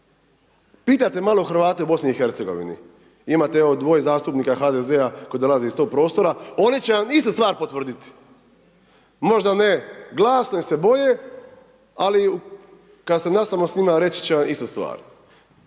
Pitajte malo Hrvate u BiH-a, imate evo dvoje zastupnika HDZ-a koji dolaze iz tog prostora, oni će vam istu stvar potvrditi. Možda ne glasno jer se boje, ali kada ste na samo s njima, reći će vam ista stvar.